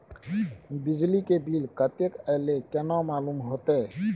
बिजली के बिल कतेक अयले केना मालूम होते?